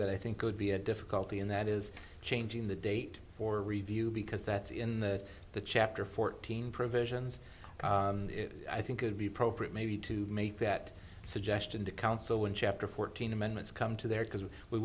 that i think would be a difficulty and that is changing the date for review because that's in the the chapter fourteen provisions i think it would be appropriate maybe to make that suggestion to council in chapter fourteen amendments come to there because we